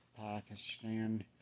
Pakistan